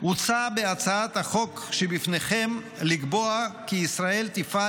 הוצע בהצעת החוק שבפניכם לקבוע כי ישראל תפעל